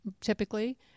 typically